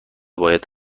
باید